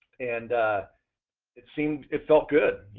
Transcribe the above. and it seemed it felt good.